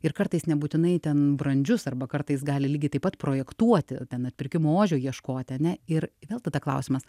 ir kartais nebūtinai ten brandžius arba kartais gali lygiai taip pat projektuoti ten atpirkimo ožio ieškoti ane ir vėl tada klausimas